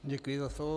Děkuji za slovo.